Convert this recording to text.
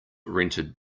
rented